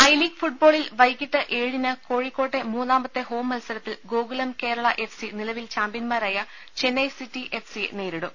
I League ഫുട്ബോളിൽ വൈകീട്ട് ഏഴിന് കോഴിക്കോട്ടെ മൂന്നാമത്തെ ഹോം മത്സരത്തിൽ ഗോകുലം കേരള എഫ് സി നിലവിൽ ചാംപ്യൻമാരായ ചെന്നൈ സിറ്റി എഫ് സിയെ നേരിടും